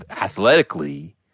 athletically